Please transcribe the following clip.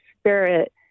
Spirit